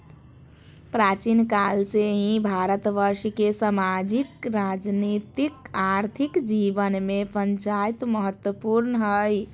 प्राचीन काल से ही भारतवर्ष के सामाजिक, राजनीतिक, आर्थिक जीवन में पंचायत महत्वपूर्ण हइ